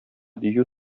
дию